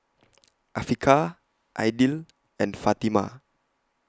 Afiqah Aidil and Fatimah